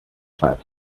five